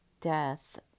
death